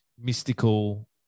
mystical